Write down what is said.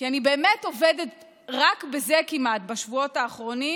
כי אני באמת עובדת כמעט רק בזה בשבועות האחרונים,